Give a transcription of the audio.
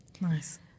Nice